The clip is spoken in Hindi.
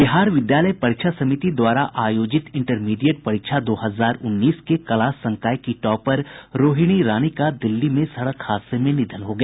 बिहार विद्यालय परीक्षा समिति द्वारा आयोजित इंटरमीडिएट परीक्षा दो हजार उन्नीस के कला संकाय की टॉपर रोहिणी रानी का दिल्ली में सड़क हादसे में निधन हो गया